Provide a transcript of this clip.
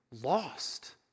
lost